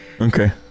okay